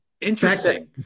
interesting